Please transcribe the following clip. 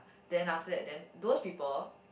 then after that then those people